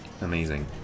Amazing